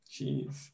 jeez